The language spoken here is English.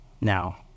now